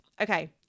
okay